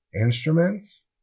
Instruments